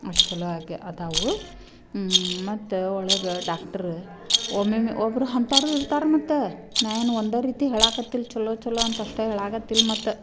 ಅಷ್ಟು ಚಲೋ ಆಗಿ ಅದವು ಮತ್ತೆ ಒಳಗೆ ಡಾಕ್ಟ್ರ್ ಒಮ್ಮೊಮ್ಮೆ ಒಬ್ಬರು ಅಂತಾರು ಇರ್ತಾರೆ ಮತ್ತೆ ನಾ ಏನು ಒಂದು ರೀತಿ ಹೇಳಾಕತ್ತಿಲ್ಲ ಚಲೋ ಚಲೋ ಅಂತ ಅಷ್ಟೆ ಹೇಳಾಕತ್ತಿಲ್ಲ ಮತ್ತೆ